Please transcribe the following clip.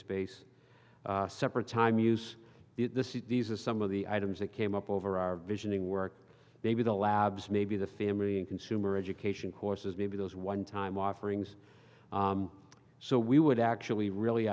space separate time use these are some of the items that came up over our visioning work maybe the labs maybe the family and consumer education courses maybe those onetime offerings so we would actually really